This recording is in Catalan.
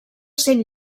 cent